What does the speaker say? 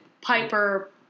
Piper